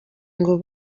ngo